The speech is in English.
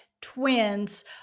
twins